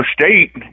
state